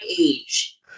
age